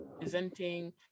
presenting